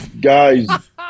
guy's